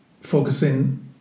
focusing